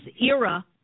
era